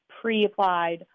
pre-applied